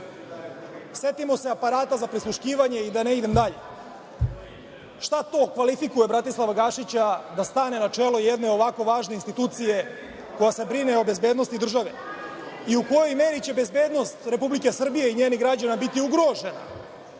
setimo se aparata za prisluškivanje i da ne idem dalje. Šta to kvalifikuje Bratislava Gašića da stane na čelo jedne, ovako važne institucije koja se brine o bezbednosti države i u kojoj meri će bezbednost Republike Srbije i njenih građana biti ugrožena